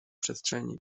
przestrzeni